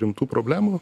rimtų problemų